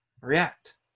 react